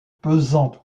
pesant